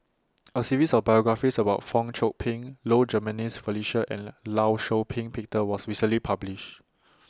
A series of biographies about Fong Chong Pik Low Jimenez Felicia and law Shau Ping Peter was recently published